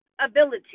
ability